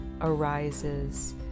arises